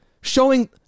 showing